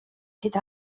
hyd